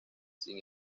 sin